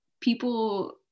people